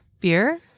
Beer